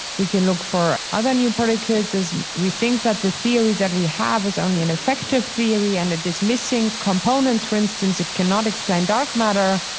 we can look for other new particles as we think that the theory that we have is only an effective theory and a dismissing component for instance it cannot explain dark matter.